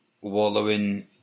wallowing